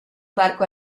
parco